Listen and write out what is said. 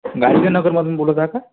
गाडगे नगरमधून बोलत आहात का